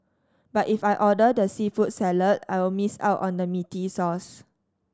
but if I order the seafood salad I'll miss out on the meaty sauce